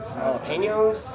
jalapenos